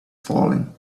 falling